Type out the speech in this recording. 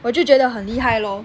我就觉得很厉害 lor